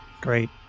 Great